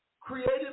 created